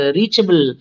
reachable